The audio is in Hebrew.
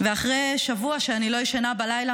אחרי שבוע שאני לא ישנה בלילה